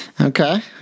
Okay